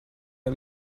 der